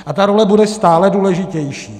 A ta role bude stále důležitější.